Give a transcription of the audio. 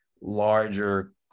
larger